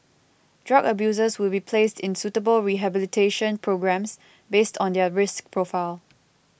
drug abusers will be placed in suitable rehabilitation programmes based on their risk profile